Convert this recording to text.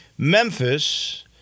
Memphis